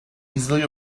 easily